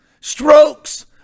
strokes